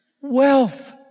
wealth